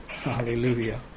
Hallelujah